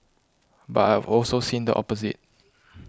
but I have also seen the opposite